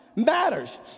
matters